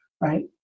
right